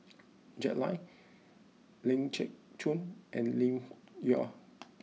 Jack Lai Ling Geok Choon and Lim Yau